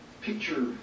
picture